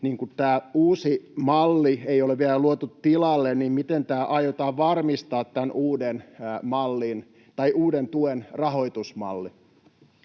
ja tätä uutta mallia ei ole vielä luotu tilalle, niin miten aiotaan varmistaa tämä uuden tuen rahoitusmalli?